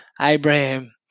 Abraham